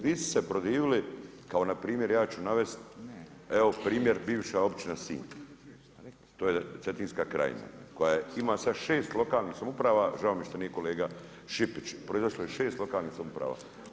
Vi ste se protivili kao npr. ja ću navesti, evo primjer bivša općina Sinj, to je Cetinska krajina koja ima sada 6 lokalnih samouprava, žao mi je što nije kolega Šipić, proizašlo je 6 lokalnih samouprava.